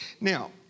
Now